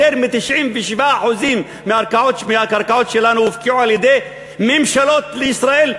יותר מ-97% מהקרקעות שלנו הופקעו על-ידי ממשלות ישראל לדורותיהן.